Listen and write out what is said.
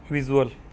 visual